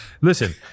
Listen